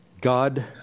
God